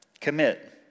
Commit